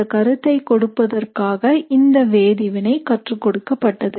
இந்தக்கருத்தை கொடுப்பதற்காக இந்த வேதிவினை கற்றுக்கொடுக்கபட்டது